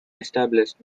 established